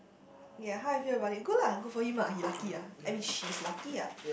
ya how I feel about it good lah good for him ah he lucky ah I mean she's lucky ah